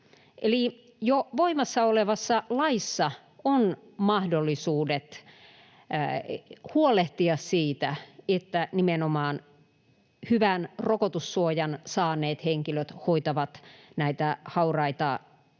jo voimassa olevassa laissa on mahdollisuudet huolehtia siitä, että nimenomaan hyvän rokotussuojan saaneet henkilöt hoitavat näitä hauraita